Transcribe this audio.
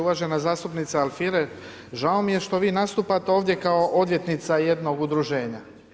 Uvažena zastupnica Alfirev, žao mi je što vi nastupate ovdje kao odvjetnica jednog udruženja.